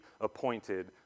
appointed